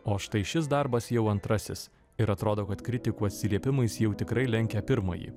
o štai šis darbas jau antrasis ir atrodo kad kritikų atsiliepimais jau tikrai lenkia pirmąjį